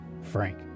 Frank